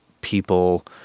people